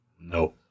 No